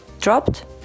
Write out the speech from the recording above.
dropped